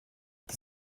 die